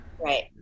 right